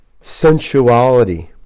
sensuality